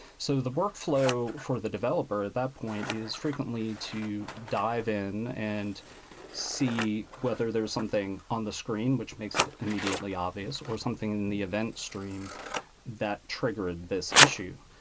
so the workflow for the developer, that point is frequently to dive in and see whether there is something on the screen, which makes it immediately obvious, or something and in the event stream that triggered this issue.